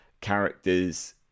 characters